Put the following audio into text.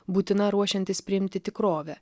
būtina ruošiantis priimti tikrovę